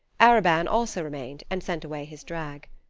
arobin also remained and sent away his drag.